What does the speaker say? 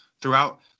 throughout